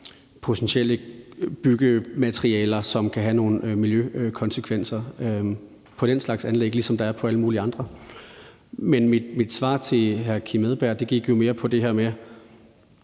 potentielle byggematerialer, som kan have nogle miljøkonsekvenser, på den slags anlæg, ligesom der er på alle mulige andre. Mit svar til hr. Kim Edberg Andersen gik mere på det her med,